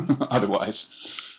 otherwise